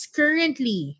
currently